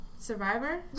Survivor